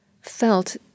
felt